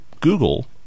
Google